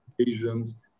occasions